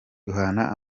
duhana